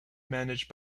managed